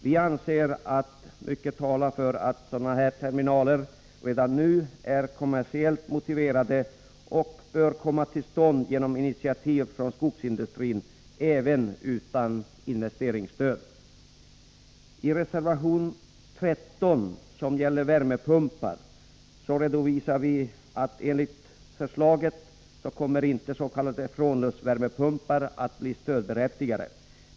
Vi anser att mycket talar för att sådana terminaler redan nu är kommersiellt motiverade och bör komma till stånd genom initiativ från skogsindustrin även utan investeringsstöd. I reservation 13, som gäller värmepumpar, konstaterar vi att s.k. frånluftsvärmepumpar enligt förslaget inte kommer att vara stödberättigade.